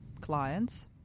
clients